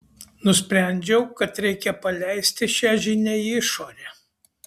nusprendžiau kad reikia paleisti šią žinią į išorę